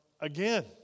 again